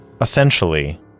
essentially